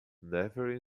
never